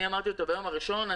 אני אמרתי אותה ביום הראשון,